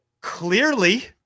clearly